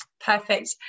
Perfect